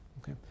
okay